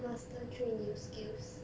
master three new skills